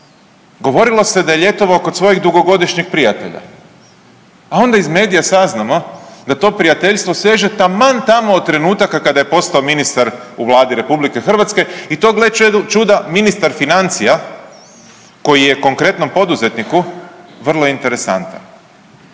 govorilo se da je ljetovao kod svojeg dugogodišnjeg prijatelja, a onda iz medija saznamo da to prijateljstvo seže taman tamo od trenutaka kada je postao ministar u Vladi RH i to gle čuda ministar financija koji je konkretnom poduzetniku vrlo interesantan.